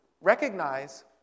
Recognize